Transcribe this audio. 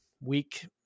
week